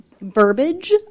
verbiage